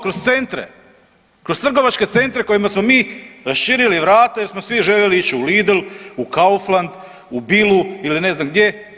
Kroz centre, kroz trgovačke centre kojima smo mi raširili vrata jer smo svi željeli ići u Lidl, u Kaufland, u Bilu ili ne znam gdje.